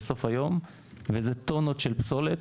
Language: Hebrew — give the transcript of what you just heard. שזה טונות של פסולת,